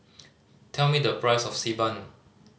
tell me the price of Xi Ban